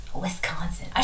wisconsin